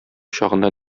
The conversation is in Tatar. чагында